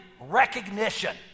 recognition